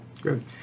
Good